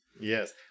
Yes